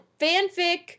fanfic